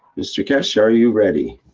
mr keshe are you ready.